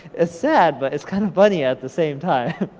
ah sad, but it's kinda funny at the same time.